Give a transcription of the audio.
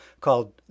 called